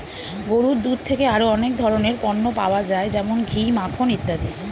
গরুর দুধ থেকে আরো অনেক ধরনের পণ্য পাওয়া যায় যেমন ঘি, মাখন ইত্যাদি